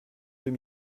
deux